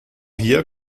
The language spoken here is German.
hier